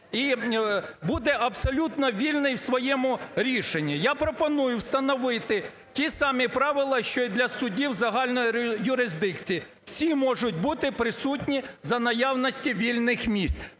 і буде абсолютно вільний у своєму рішенні. Я пропоную встановити ті самі правила, що і для судів загальної юрисдикції: всі можуть бути присутні за наявності вільних місць.